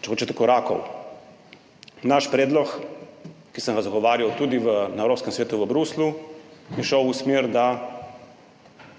če hočete korakov. Naš predlog, ki sem ga zagovarjal tudi na Evropskem svetu v Bruslju, je šel v smer, da